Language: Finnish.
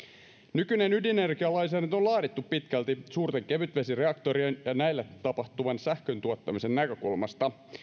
nykyinen ydinenergialainsäädäntö on laadittu pitkälti suurten kevytvesireaktorien ja näillä tapahtuvan sähköntuottamisen näkökulmasta